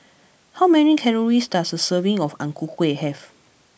how many calories does a serving of Ang Ku Kueh have